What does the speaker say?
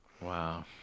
Wow